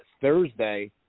thursday